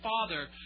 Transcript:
father